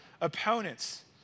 opponents